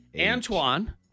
Antoine